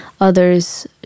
others